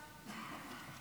2024,